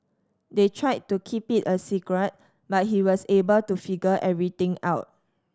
they tried to keep it a secret but he was able to figure everything out